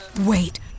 wait